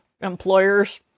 employers